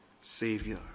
Savior